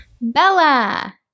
Bella